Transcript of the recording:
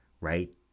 right